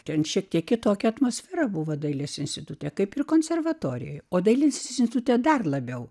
ten šiek tiek kitokia atmosfera buvo dailės institute kaip ir konservatorijoje o dalis institute dar labiau